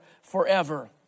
forever